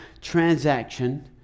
transaction